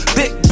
big